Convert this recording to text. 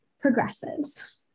progresses